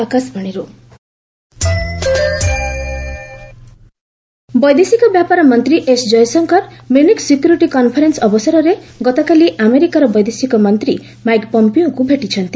Jaishankar meeting ବୈଦେଶିକ ବ୍ୟାପାର ମନ୍ତ୍ରୀ S Jaishankar Munich security conference ଅବସରରେ ଗତକାଲି ଆମେରିକାର ବୈଦେଶିକ ମନ୍ତ୍ରୀ ମାଇକ୍ ପମ୍ପିଓଙ୍କୁ ଭେଟିଛନ୍ତି